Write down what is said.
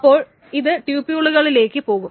അപ്പോൾ ഇത് ട്യൂപ്യൂളുകളിലേക്ക് പോകും